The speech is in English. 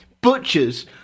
butchers